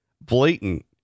blatant